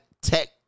tech